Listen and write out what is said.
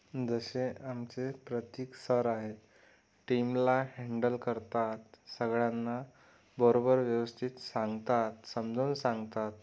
जसे आमचे प्रतीक सर आहेत टीमला हॅण्डल करतात सगळ्यांना बरोबर व्यवस्थित सांगतात समजावून सांगतात